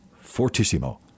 Fortissimo